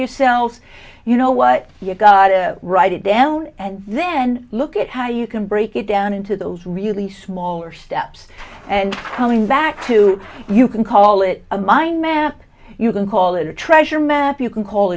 yourself you know what you gotta write it down and then look at how you can break it down into those really smaller steps and coming back to you can call it a mind map you can call it a treasure map you can call